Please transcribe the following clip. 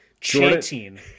chanting